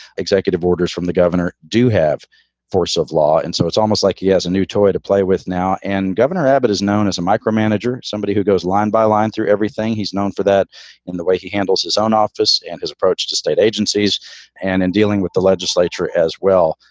executive orders from the governor do have force of law. and so it's almost like he has a new toy to play with now. and governor abbott is known as a micromanager, somebody who goes line by line through everything. he's known for that in the way he handles his own office and his approach to state agencies and in dealing with the legislature as well.